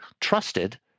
trusted